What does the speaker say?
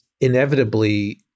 inevitably